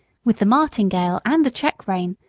with the martingale, and the check-rein,